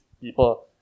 people